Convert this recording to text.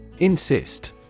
Insist